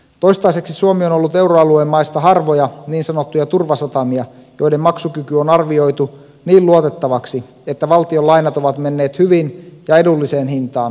toistaiseksi suomi on ollut euroalueen maista harvoja niin sanottuja turvasatamia joiden maksukyky on arvioitu niin luotettavaksi että valtion lainat ovat menneet hyvin ja edulliseen hintaan kaupaksi